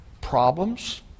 problems